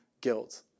guilt